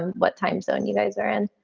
um what time zone you guys are in?